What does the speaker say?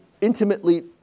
intimately